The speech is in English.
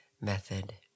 method